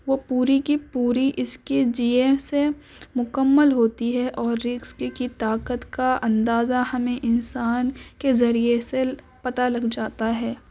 وہ پوری کی پوری اس کے جیے سے مکمل ہوتی ہے اور رزق کی طاقت کا اندازہ ہمیں انسان کے ذریعے سے پتا لگ جاتا ہے